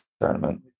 tournament